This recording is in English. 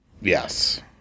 Yes